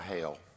hell